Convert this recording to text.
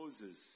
Moses